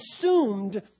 consumed